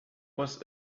was